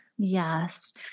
Yes